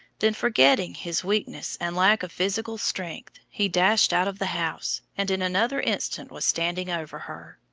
then, forgetting his weakness and lack of physical strength, he dashed out of the house, and in another instant was standing over her.